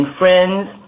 friends